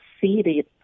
seated